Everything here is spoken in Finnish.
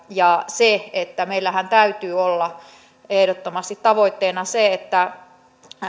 ja se että meillähän täytyy olla ehdottomasti tavoitteena se että